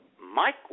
Mike